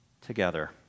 together